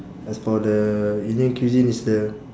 as for the unique cuisine it's the